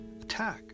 attack